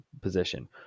position